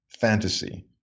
fantasy